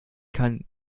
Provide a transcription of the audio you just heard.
kann